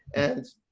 and